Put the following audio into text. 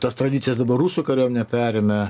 tas tradicijas dabar rusų kariuomenė perėmė